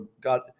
God